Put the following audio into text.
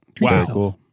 Wow